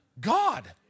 God